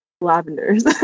lavenders